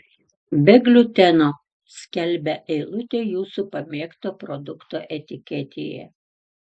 be gliuteno skelbia eilutė jūsų pamėgto produkto etiketėje